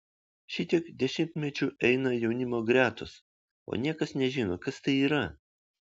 šitiek dešimtmečių eina jaunimo gretos o niekas nežino kas tai yra